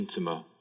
intima